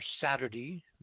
saturday